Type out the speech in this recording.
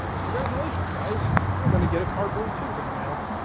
congratulations, guys, you're going to get a cardboard tube in the mail.